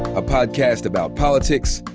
a podcast about politics,